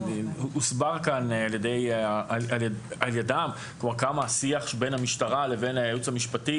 הוסבר כאן על ידם כמה השיח בין המשטרה לבין הייעוץ המשפטי